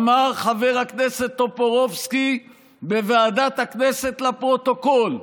אמר חבר הכנסת טופורובסקי בוועדת הכנסת לפרוטוקול: